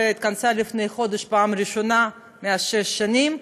והתכנסה לפני חודש בפעם הראשונה זה שש שנים,